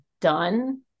done